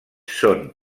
són